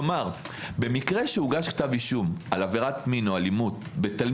כלומר במקרה שהוגש כתב אישום על עבירת מין או אלימות בקטין